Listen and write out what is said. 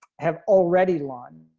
have already launched.